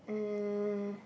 uh